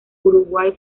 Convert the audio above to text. uruguay